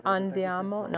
Andiamo